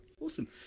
awesome